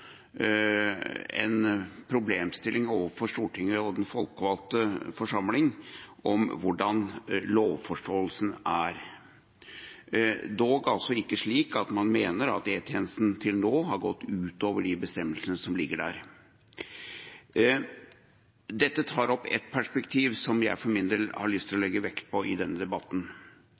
en problemstilling overfor Stortinget, den folkevalgte forsamling, om hvordan lovforståelsen er – dog ikke slik at man mener at E-tjenesten til nå har gått utover de bestemmelsene som ligger der. Dette tar opp et perspektiv som jeg for min del har lyst til å legge vekt på i denne debatten.